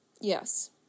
Yes